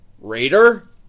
Raider